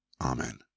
Amen